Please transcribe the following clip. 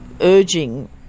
urging